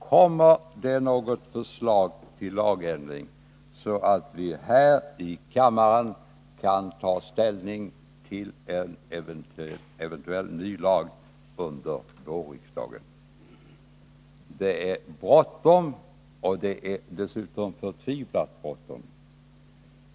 Kommer det något förslag till lagändring så att vi här i kammaren kan ta ställning till en eventuell ny lag under vårriksdagen? Det är bråttom, ja, förtvivlat bråttom.